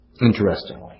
interestingly